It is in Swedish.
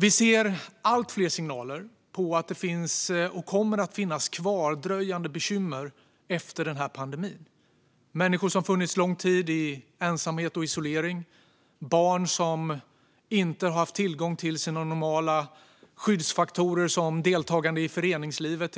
Vi ser allt fler signaler om att det finns och kommer att finnas kvardröjande bekymmer efter pandemin. Det är människor som har funnits lång tid i ensamhet och isolering och barn som inte har haft tillgång till sina normala skyddsfaktorer, till exempel deltagande i föreningslivet,